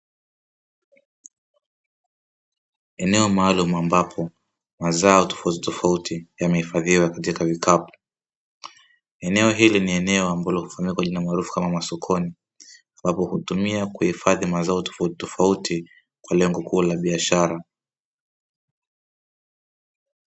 Eneo maalum ambapo mazao tofautitofauti yamehifadhiwa katika vikapu. Eneo hili ni eneo ambalo hufaamika kwa jina maarufu kama masokoni ambapo hutumia kuhifadhi mazao tofautitofauti kwa lengo kuu la biashara.